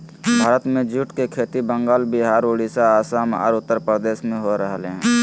भारत में जूट के खेती बंगाल, विहार, उड़ीसा, असम आर उत्तरप्रदेश में हो रहल हई